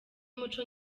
umuco